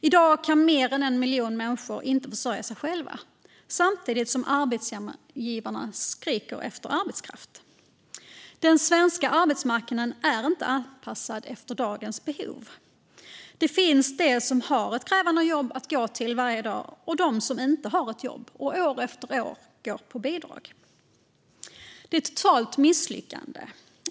I dag kan mer än 1 miljon människor inte försörja sig själva samtidigt som arbetsgivarna desperat skriker efter arbetskraft. Den svenska arbetsmarknaden är inte anpassad efter dagens behov. Det finns de som har ett krävande jobb att gå till varje dag och de som inte har ett jobb och som går på bidrag år efter år. Det är ett totalt misslyckande.